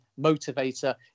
motivator